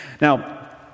Now